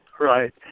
Right